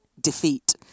defeat